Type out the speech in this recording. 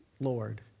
Lord